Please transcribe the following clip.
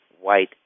white